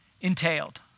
entailed